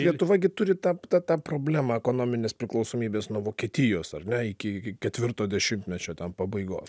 lietuva gi turi tap tą tą problemą ekonominės priklausomybės nuo vokietijos ar ne iki ketvirto dešimtmečio ten pabaigos